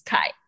Kai